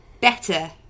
better